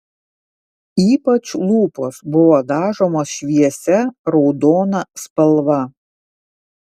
ypač lūpos buvo dažomos šviesia raudona spalva